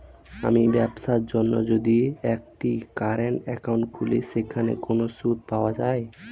আমি ব্যবসার জন্য যদি একটি কারেন্ট একাউন্ট খুলি সেখানে কোনো সুদ পাওয়া যায়?